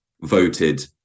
voted